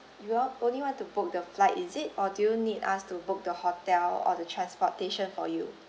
you all only want to book the flight is it or do you need us to book the hotel or the transportation for you